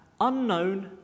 unknown